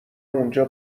اونجا